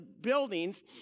buildings